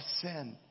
sin